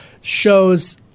shows